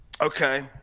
Okay